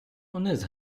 униз